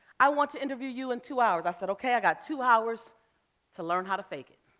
i want to interview you in two hours. i said, okay, i got two hours to learn how to fake it.